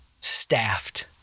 staffed